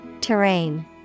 TERRAIN